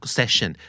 session